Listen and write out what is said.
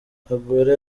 aguero